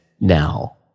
now